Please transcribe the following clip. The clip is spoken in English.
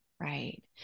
Right